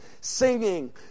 singing